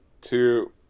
two